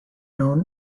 known